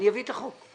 אני אביא את החוק.